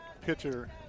pitcher